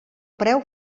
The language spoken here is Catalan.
preu